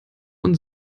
und